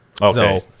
Okay